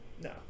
No